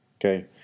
Okay